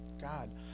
God